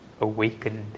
awakened